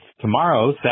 tomorrow